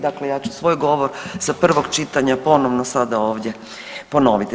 Dakle, ja ću svoj govor sa prvog čitanja ponovno sada ovdje ponoviti.